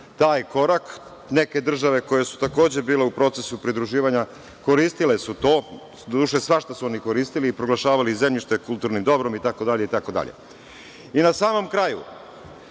taj korak. Neke države koje su takođe bile u procesu pridruživanja koristile su to, doduše svašta su oni koristili i proglašavali zemljište kulturnim dobrom itd. itd. Na samom kraju